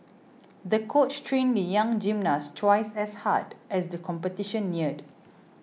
the coach trained the young gymnast twice as hard as the competition neared